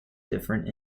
different